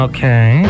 Okay